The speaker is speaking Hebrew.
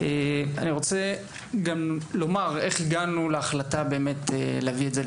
אני רוצה לדבר על ההחלטה להביא את זה כהצעה